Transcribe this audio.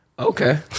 Okay